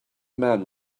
man